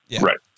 Right